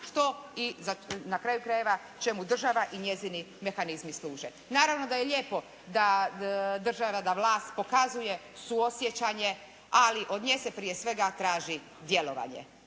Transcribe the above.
što i na kraju krajeva čemu država i njezini mehanizmi služe. Naravno da je lijepo da država, da vlast pokazuje suosjećanje ali od nje se prije svega traži djelovanje.